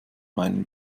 meinem